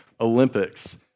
Olympics